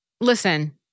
listen